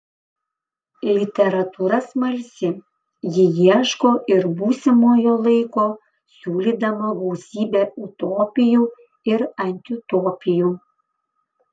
literatūra smalsi ji ieško ir būsimojo laiko siūlydama gausybę utopijų ir antiutopijų